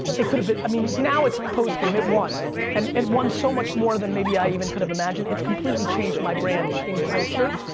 it could've been, i mean, now it's post-game, it won. it and and won so much more than maybe i even could've imagined, it's completely changed my brand in culture,